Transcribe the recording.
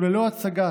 ללא הצגה